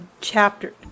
chapter